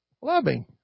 loving